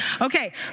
Okay